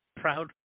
proud